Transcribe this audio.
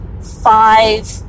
five